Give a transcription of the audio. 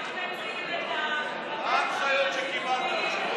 מה ההנחיות שקיבלת?